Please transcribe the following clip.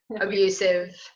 abusive